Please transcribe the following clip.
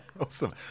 Awesome